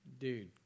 dude